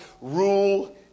rule